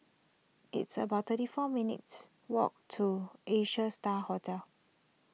it's about thirty four minutes' walk to Asia Star Hotel